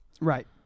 Right